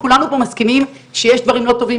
כולנו פה מסכימים שיש דברים לא טובים,